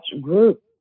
group